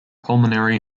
pulmonary